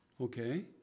Okay